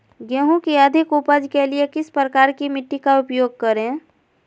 गेंहू की अधिक उपज के लिए किस प्रकार की मिट्टी का उपयोग करे?